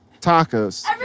tacos